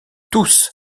tous